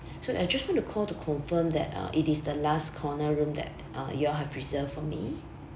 so I just want to call to confirm that uh it is the last corner room that uh you all have reserved for me